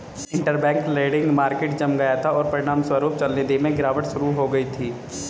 interbank lending market जम गया था, और परिणामस्वरूप चलनिधि में गिरावट शुरू हो गई थी